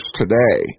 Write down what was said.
today